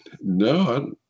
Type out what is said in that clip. no